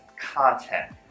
content